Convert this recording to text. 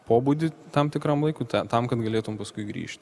pobūdį tam tikram laikui tą tam kad galėtum paskui grįžt